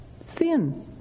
sin